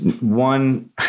one